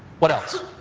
what else?